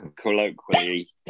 colloquially